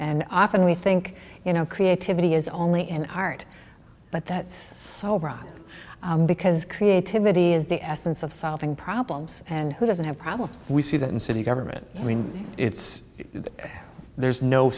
and often we think you know creativity is only an art but that's so broad because creativity is the essence of solving problems and who doesn't have problems we see that in city government i mean it's there's no